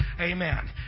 amen